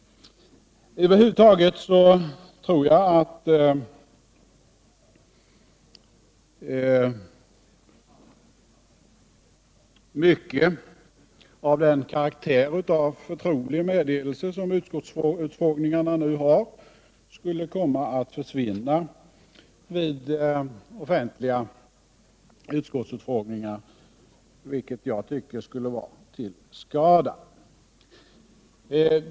Över huvud taget tror jag att mycket av den karaktär av förtrolig meddelelse som utskottsutfrågningarna nu har skulle komma att försvinna vid offentliga utskottsutfrågningar, vilket jag tycker skulle vara till skada.